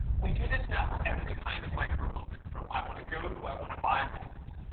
we do this now for every kind of micro-moment, from i want to go to i want to buy moments.